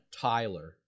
Tyler